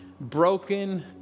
broken